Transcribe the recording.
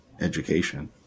education